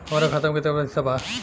हमरा खाता मे केतना पैसा बा?